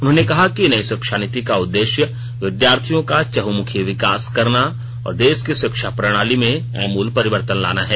उन्होंने कहा कि नई शिक्षा नीति का उद्देश्य विद्यार्थियों का चहंमुखी विकास करना और देश की शिक्षा प्रणाली में आमूल परिवर्तन लाना है